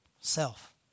self